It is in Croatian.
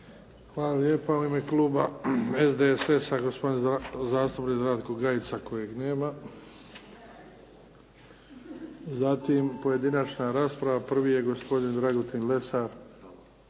Hvala lijepa. U ime kluba SDSS-a Ratko Gajica kojeg nema. Pojedinačna rasprava. Prvi je gospodin Dragutin Lesar.